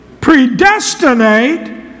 predestinate